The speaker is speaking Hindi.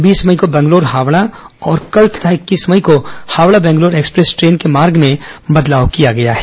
बीस मई को बंगलोर हावड़ा और कल तथा इक्कीस मई को हावड़ा बंगलोर एक्सप्रेस ट्रेन के मार्ग में बदलाव किया गया है